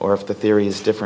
or if the theory is different